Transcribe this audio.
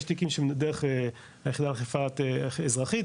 יש תיקים שדרך היחידה לאכיפה אזרחית,